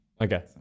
okay